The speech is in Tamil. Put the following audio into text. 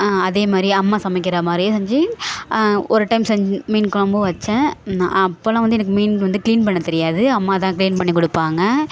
அதே மாதிரி அம்மா சமைக்கிற மாதிரியே செஞ்சு ஒரு டைம் செஞ் மீன் கொழம்பும் வைச்சேன் நான் அப்பெல்லாம் வந்து எனக்கு மீன் வந்து க்ளீன் பண்ண தெரியாது அம்மா தான் க்ளீன் பண்ணி கொடுப்பாங்க